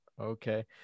okay